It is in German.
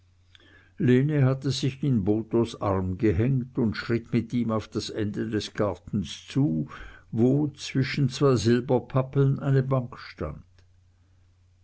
lene hatte sich in bothos arm gehängt und schritt mit ihm auf das ende des gartens zu wo zwischen zwei silberpappeln eine bank stand